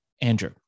Andrew